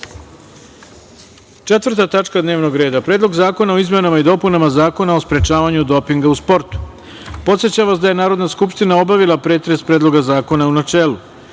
metala. Četvrta tačka dnevnog reda - Predlog zakona o izmenama i dopunama Zakona o sprečavanju dopinga u sportu. Podsećam vas da je Narodna skupština obavila pretres Predloga zakona u načelu,